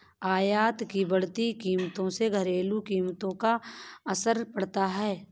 आयात की बढ़ती कीमतों से घरेलू कीमतों पर असर पड़ता है